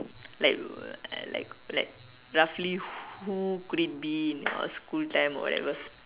like like like roughly who could it be in your school time or whatever